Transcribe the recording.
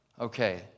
Okay